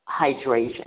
hydration